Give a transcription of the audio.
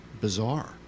bizarre